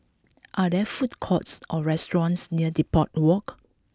are there food courts or restaurants near Depot Walk